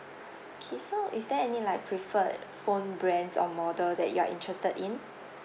okay so is there any like preferred phone brands or model that you are interested in